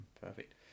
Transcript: Perfect